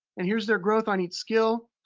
and here's their growth on each skill,